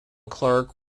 clerk